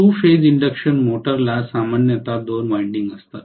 to phase induction मोटरला सामान्यत दोन वायंडिंग असतात